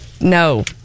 No